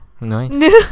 Nice